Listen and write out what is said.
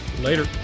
later